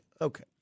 Okay